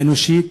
האנושית,